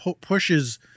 pushes